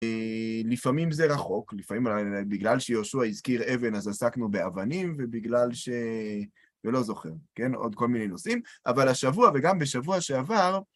לפעמים זה רחוק, לפעמים בגלל שיהושוע הזכיר אבן, אז עסקנו באבנים, ובגלל ש... אני לא זוכר, כן? עוד כל מיני נושאים, אבל השבוע וגם בשבוע שעבר...